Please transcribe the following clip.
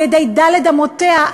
על-ידי ד' אמותיה,